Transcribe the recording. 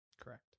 Correct